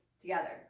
together